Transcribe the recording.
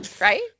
Right